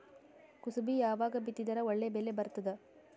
ಕುಸಬಿ ಯಾವಾಗ ಬಿತ್ತಿದರ ಒಳ್ಳೆ ಬೆಲೆ ಬರತದ?